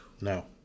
No